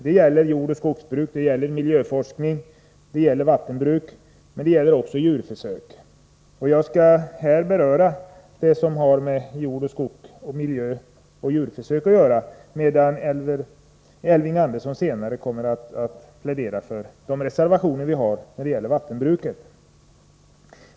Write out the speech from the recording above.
De gäller jordoch skogsbruk, miljöforskning, vattenbruk och även djurförsök. Jag skall här beröra det som har med jordoch skogsbruk, miljövård samt djurförsök att göra, medan Elving Andersson senare kommer att plädera för våra reservationer beträffande vattenbruk.